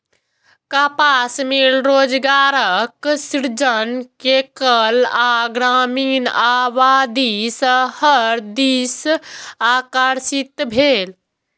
कपास मिल रोजगारक सृजन केलक आ ग्रामीण आबादी शहर दिस आकर्षित भेल